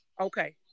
Okay